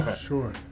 Sure